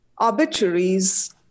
Obituaries